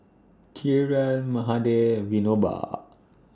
Kiran Mahade Vinoba